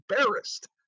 embarrassed